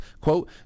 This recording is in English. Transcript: quote